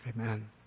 Amen